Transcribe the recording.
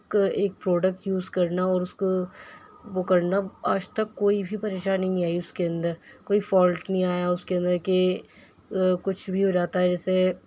اک ایک product use کرنا اور اُس کو وہ کرنا آج تک کوئی بھی پریشانی نہیں آئی اُس کے اندر کوئی فولٹ نہیں آیا اُس کے اندر کہ کچھ بھی ہو جاتا ہے جیسے